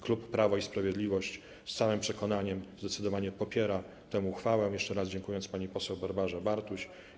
Klub Prawo i Sprawiedliwość z całym przekonaniem, zdecydowanie popiera tę uchwałę, jeszcze raz dziękując pani poseł Barbarze Bartuś.